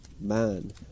man